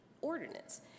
ordinance